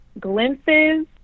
glimpses